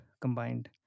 combined